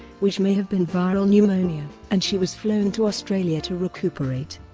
which may have been viral pneumonia, and she was flown to australia to recuperate.